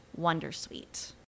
Wondersuite